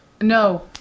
No